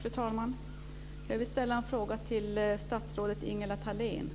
Fru talman! Jag vill ställa en fråga till statsrådet Ingela Thalén.